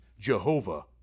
Jehovah